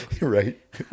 right